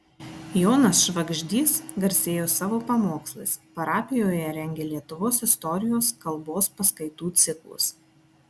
jonas švagždys garsėjo savo pamokslais parapijoje rengė lietuvos istorijos kalbos paskaitų ciklus